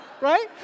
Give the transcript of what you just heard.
Right